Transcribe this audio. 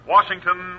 Washington